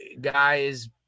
guys